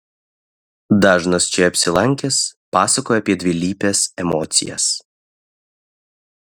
dažnas čia apsilankęs pasakoja apie dvilypes emocijas